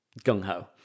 gung-ho